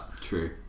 True